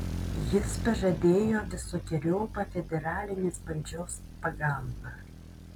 jis pažadėjo visokeriopą federalinės valdžios pagalbą